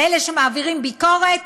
אלה שמעבירים ביקורת,